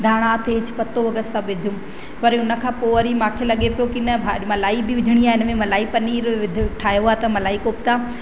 धाणा तेज़ पतो वग़ैरह सभु विधो पर उन खां पोइ वरी मूंखे लॻे पियो की न मलाई बि विझिणी आहे इन में मलाई पनीर ठाहियो आहे त मलाई कोफ़्ता